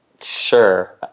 Sure